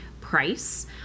price